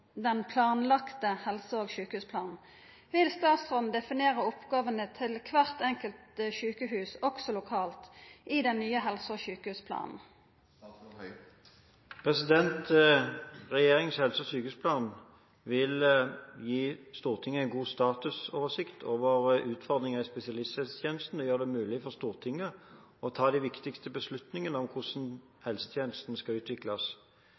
den planlagte helse- og sykehusplanen». Vil statsråden definera oppgåvene til kvart enkelt sjukehus også lokalt, i den nye helse- og sjukehusplanen?» Regjeringens helse- og sykehusplan vil gi Stortinget en god statusoversikt over utfordringer i spesialisthelsetjenesten og gjøre det mulig for Stortinget å ta de viktigste beslutningene om hvordan helsetjenesten skal utvikles.